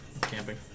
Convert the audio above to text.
Camping